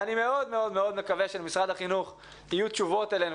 אני מאוד מקווה שלמשרד החינוך יהיו תשובות אלינו,